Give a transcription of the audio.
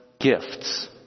gifts